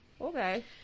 okay